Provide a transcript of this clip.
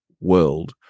world